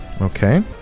Okay